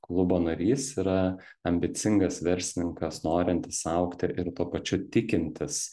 klubo narys yra ambicingas verslininkas norintis augti ir ir tuo pačiu tikintis